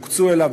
הוקצו לו,